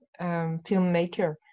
filmmaker